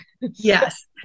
Yes